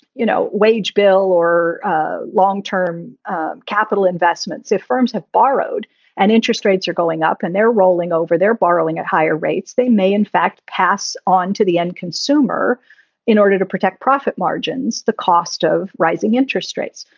you know, wage bill or ah long term capital investments, if firms have borrowed and interest rates are going up and they're rolling over, they're borrowing at higher rates. they may, in fact, pass on to the end consumer in order to protect profit margins. the cost of rising interest rates.